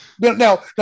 now